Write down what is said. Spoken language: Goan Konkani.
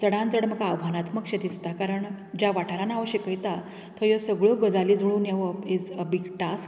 चडांत चड म्हाका आव्हानात्मक शें दिसता कारण ज्या वाठारांत हांव शिकयतां थंय ह्यो सगळ्यो गजाली जुळून येवप इज अ बीग टास्क